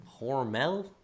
hormel